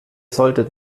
solltet